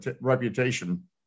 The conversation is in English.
reputation